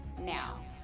now